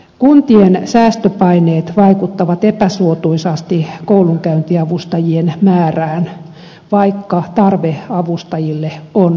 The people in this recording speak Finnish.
kuntien säästöpaineet vaikuttavat epäsuotuisasti koulunkäyntiavustajien määrään vaikka tarve avustajille on kasvava